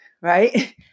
right